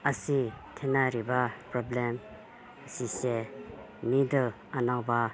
ꯑꯁꯤ ꯊꯦꯡꯅꯔꯤꯕ ꯄ꯭ꯔꯣꯕ꯭ꯂꯦꯝ ꯑꯁꯤꯁꯦ ꯅꯤꯗꯜ ꯑꯅꯧꯕ